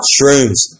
Shrooms